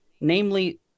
namely